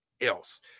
else